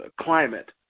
climate